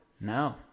no